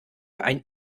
ein